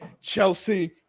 Chelsea